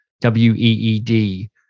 W-E-E-D